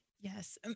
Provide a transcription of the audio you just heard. Yes